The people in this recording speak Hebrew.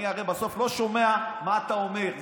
אני הרי בסוף לא שומע מה אתה אומר.